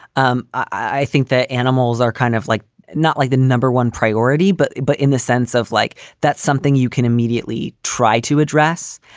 um i think that animals are kind of like not like the number one priority. but but in the sense of like that's something you can immediately try to address.